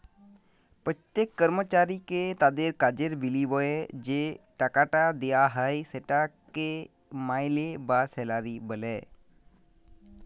প্যত্তেক কর্মচারীকে তাদের কাজের বিলিময়ে যে টাকাট দিয়া হ্যয় সেটকে মাইলে বা স্যালারি ব্যলে